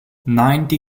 ninety